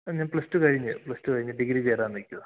ഞാൻ plus two കഴിഞ്ഞു plus two കഴിഞ്ഞ് ഡിഗ്രിക്ക് കയറാൻ നില്ക്കുകയാണ്